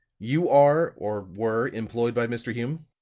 you are, or were, employed by mr. hume?